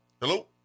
Hello